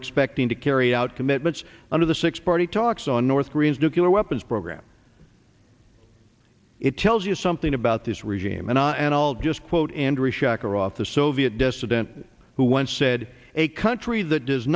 expecting to carry out commitments under the six party talks on north korea's nuclear weapons program it tells you something about this regime and i and i'll just quote andrey shacharit the soviet dissident who once said a country that does